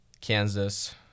Kansas